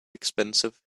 expensive